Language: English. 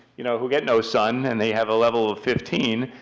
you know, who get no sun, and they have a level of fifteen,